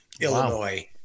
Illinois